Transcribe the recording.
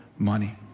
money